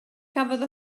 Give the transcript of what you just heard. cafodd